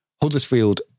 Huddersfield